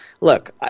Look